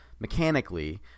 mechanically